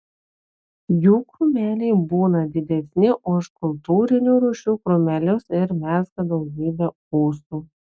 jų krūmeliai būna didesni už kultūrinių rūšių krūmelius ir mezga daugybę ūsų